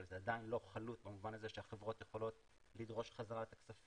אבל זה עדיין לא חלוט במובן הזה שהחברות יכולות לדרוש חזרה את הכספים,